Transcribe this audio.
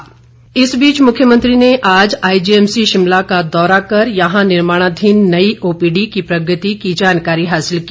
OPD इस बीच मुख्यमंत्री ने आज आईजीएमसी शिमला का दौरा कर यहां निर्माणधीन नई ओपीडी की प्रगति की जानकारी हासिल की